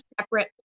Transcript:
separate